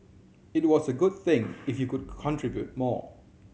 it was a good thing if you could contribute more